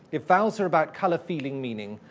if vowels are about color, feeling, meaning,